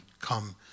come